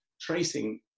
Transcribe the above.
tracing